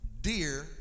dear